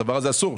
הדבר הזה אסור.